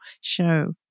show